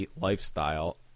Lifestyle